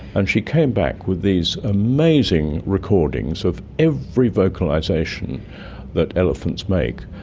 and she came back with these amazing recordings of every vocalisation that elephants make.